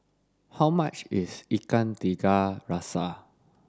how much is Ikan Tiga Rasa